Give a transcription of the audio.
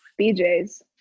BJ's